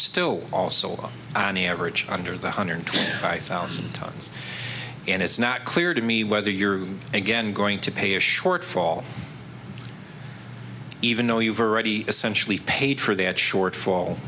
still also on an average under the hundred twenty five thousand tons and it's not clear to me whether you're again going to pay a shortfall even though you've already essentially paid for that shortfall